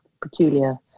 peculiar